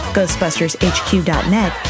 GhostbustersHQ.net